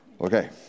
Okay